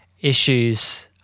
issues